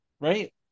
right